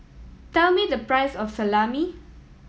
tell me the price of Salami